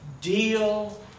deal